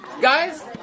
Guys